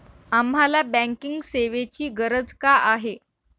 आम्हाला बँकिंग सेवेची गरज का आहे?